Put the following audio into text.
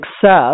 success